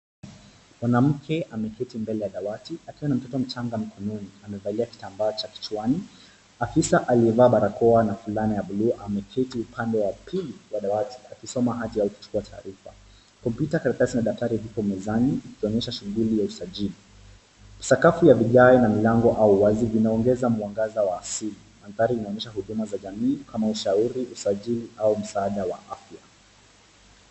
Mwanamke ameketi mbele ya dawati akiwa na mtoto mchanga mkononi amevalia kitambaa cha kichwani. Afisa aliyevaa barakoa na fulana ya bluu ameketi upande wa pili ya dawati akisoma hati au akichukua taarifa. Komputa, karatasi au daftari vipo mezani ikionyesha shughuli ya usajili. Sakafu ya vigae na mlango au wazi vinaongeza mwangaza wa asili. Mandhari inaonyesha huduma za jamii kama ushauri, usajili au msaada wa afya.